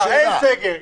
אין סגר,